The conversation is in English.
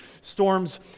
Storms